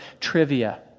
trivia